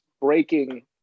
breaking